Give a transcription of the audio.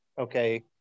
okay